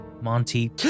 Monty